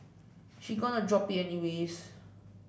she gonna drop it anyways